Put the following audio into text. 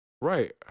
Right